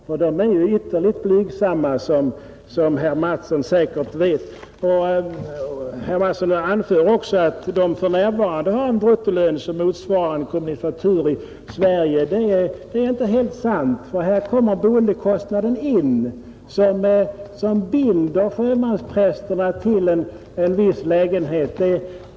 Dessa är ytterligt blygsamma, som herr Mattsson säkerligen vet. Herr Mattsson anför också att de här prästerna för närvarande har en bruttolön som motsvarar den för en komministratur i Sverige. Det är inte helt sant, för här hemma kommer boendekostnaden in, Sjömansprästerna binds till en viss lägenhet.